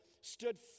stood